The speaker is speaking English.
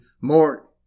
more